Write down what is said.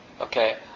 Okay